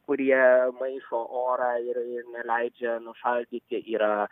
kurie maišo orą ir ir neleidžia nušaldyti yra